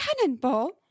cannonball